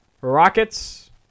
Rockets